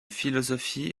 philosophie